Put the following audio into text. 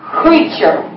creature